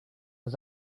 was